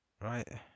right